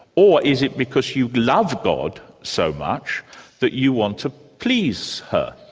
or is it because you love god so much that you want to please her.